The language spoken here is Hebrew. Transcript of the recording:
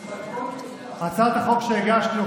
הצעת החוק שהגשנו,